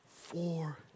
Four